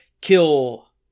kill